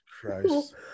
Christ